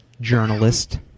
journalist